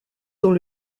dans